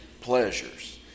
pleasures